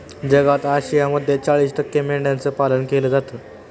जगात आशियामध्ये चाळीस टक्के मेंढ्यांचं पालन केलं जातं